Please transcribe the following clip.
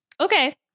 Okay